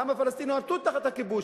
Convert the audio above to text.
העם הפלסטיני נתון תחת הכיבוש.